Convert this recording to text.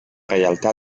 realtà